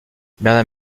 bernard